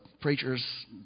preacher's